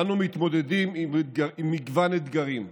אנו מתמודדים עם מגוון אתגרים,